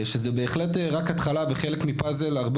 שזה בהחלט רק התחלה וחלק מפאזל הרבה